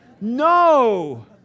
No